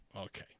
Okay